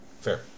Fair